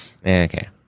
Okay